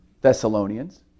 Thessalonians